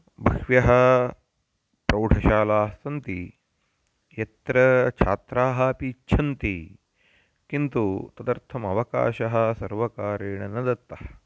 बह्व्यः प्रौढशालाः सन्ति यत्र छात्राः अपि इच्छन्ति किन्तु तदर्थमवकाशः सर्वकारेण न दत्तः